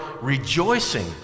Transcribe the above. rejoicing